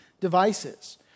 devices